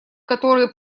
которые